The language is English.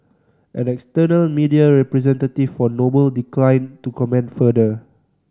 an external media representative for Noble declined to comment further